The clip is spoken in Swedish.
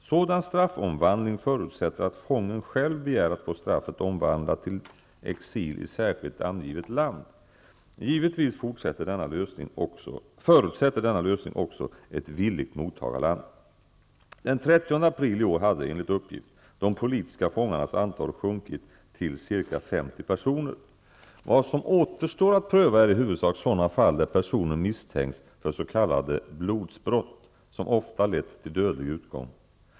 Sådan straffomvandling förutsätter att fången själv begär att få straffet omvandlat till exil i särskilt angivet land. Givetvis förutsätter denna lösning också ett villigt mottagarland. Den 30 april i år hade, enligt uppgift, de politiska fångarnas antal sjunkit till ca 50 personer. Vad som återstår att pröva är i huvudsak sådana fall där personer misstänks för s.k. blodsbrott, som ofta lett till dödlig utgång.